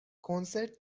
کنسرت